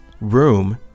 room